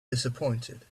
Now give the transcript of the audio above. disappointed